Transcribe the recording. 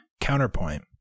Counterpoint